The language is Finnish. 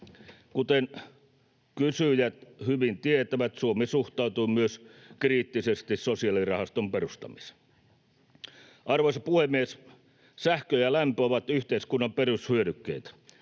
Kuten kysyjät hyvin tietävät, Suomi suhtautuu myös kriittisesti sosiaalirahaston perustamiseen. Arvoisa puhemies! Sähkö ja lämpö ovat yhteiskunnan perushyödykkeitä.